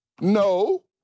No